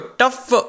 tough